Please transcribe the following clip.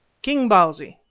king bausi,